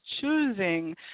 choosing